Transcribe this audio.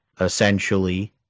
essentially